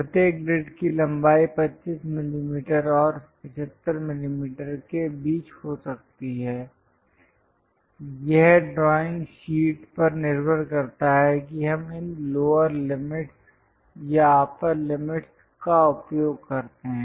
प्रत्येक ग्रिड की लंबाई 25 मिमी और 75 मिमी के बीच हो सकती है यह ड्राइंग शीट पर निर्भर करता है कि हम इन लोअर लिमिटस् या अप्पर लिमिटस् का उपयोग करते हैं